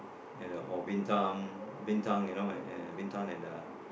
and uh or Bintan Bintan you know uh Bintan and uh